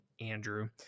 Andrew